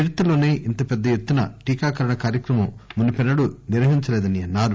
చరిత్రలోసే ఇంత పెద్దఎత్తున టీకాకరణ కార్చక్రమం మునుపెన్నడూ నిర్వహించలేదని అన్నారు